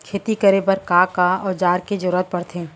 खेती करे बर का का औज़ार के जरूरत पढ़थे?